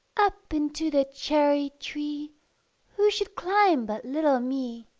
up into the cherry tree who should climb but little me?